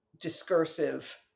discursive